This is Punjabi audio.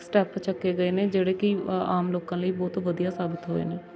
ਸਟੈਪ ਚੁੱਕੇ ਗਏ ਨੇ ਜਿਹੜੇ ਕਿ ਆ ਆਮ ਲੋਕਾਂ ਲਈ ਬਹੁਤ ਵਧੀਆ ਸਾਬਤ ਹੋਏ ਨੇ